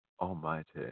Almighty